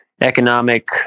economic